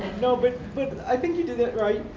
no, but i think you did that right.